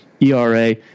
ERA